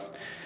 iltalehti